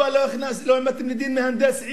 מדוע לא הכנסתם, אם אתם יודעים, מהנדס עיר?